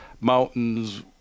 mountains